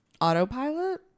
Autopilot